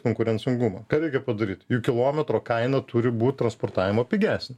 konkurencingumą ką reikia padaryt jų kilometro kaina turi būt transportavimo pigesnė